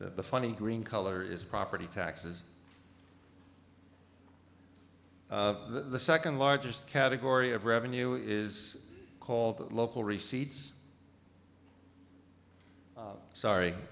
the funny green color is a property taxes the second largest category of revenue is called the local receipts sorry